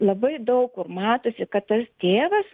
labai daug kur matosi kad tas tėvas